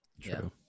True